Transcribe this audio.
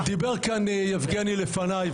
דיבר כאן יבגני לפניי,